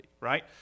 right